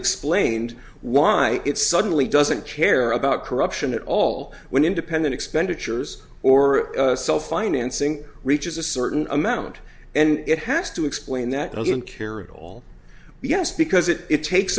explained why it suddenly doesn't care about corruption at all when independent expenditures or self financing reaches a certain amount and it has to explain that doesn't care at all yes because it takes